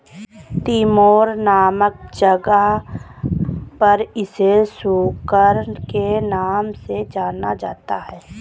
Timor नामक जगह पर इसे सुकर के नाम से जाना जाता है